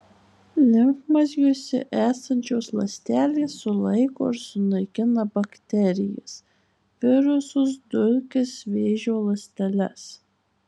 limfmazgiuose esančios ląstelės sulaiko ir sunaikina bakterijas virusus dulkes vėžio ląsteles